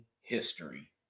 history